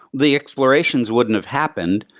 the explorations wouldn't have happened,